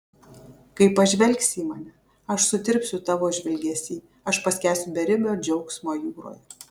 kai pažvelgsi į mane aš sutirpsiu tavo žvilgesy aš paskęsiu beribio džiaugsmo jūroje